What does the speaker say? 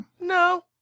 No